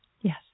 Yes